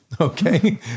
okay